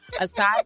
aside